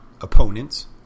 Opponents